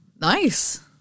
Nice